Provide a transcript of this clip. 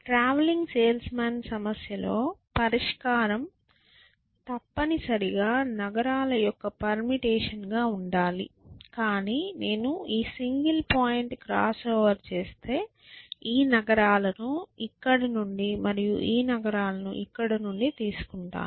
travelling salesmen సమస్యలో పరిష్కారం తప్పనిసరిగా నగరాల యొక్క పెర్ముటేషన్ గా ఉండాలి కానీ నేను ఈ సింగిల్ పాయింట్ క్రాస్ ఓవర్ చేస్తే ఈ నగరాలను ఇక్కడి నుండి మరియు ఈ నగరాలను ఇక్కడి నుండి తీసుకుంటాము